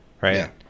right